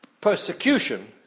persecution